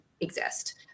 exist